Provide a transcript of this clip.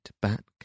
back